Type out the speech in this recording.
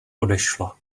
odešla